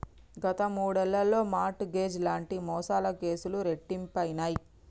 గత మూడేళ్లలో mortgage లాంటి మోసాల కేసులు రెట్టింపయినయ్